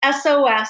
SOS